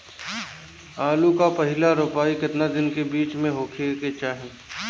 आलू क पहिला रोपाई केतना दिन के बिच में होखे के चाही?